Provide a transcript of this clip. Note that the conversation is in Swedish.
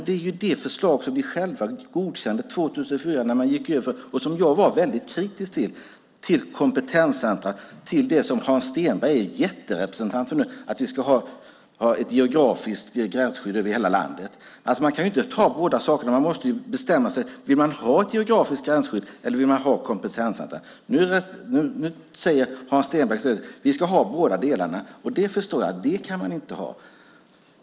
Det är ju det förslag som ni själva godkände 2004, som jag var väldigt kritisk till. Det handlade om kompetenscenter och det som Hans Stenberg är representant för nu, nämligen att vi ska ha ett geografiskt gränsskydd över hela landet. Man kan inte ha båda sakerna. Man måste bestämma sig. Vill man ha ett geografiskt gränsskydd eller vill man ha kompetenscenter? Nu säger Hans Stenberg att vi ska ha båda delarna, men jag förstår att man inte kan ha det.